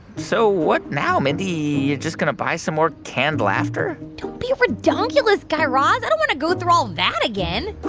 so what now, mindy? you're just going to buy some more canned laughter? don't be ridonk-ulous, guy raz. i don't want to go through all that again